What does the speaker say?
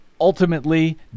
Ultimately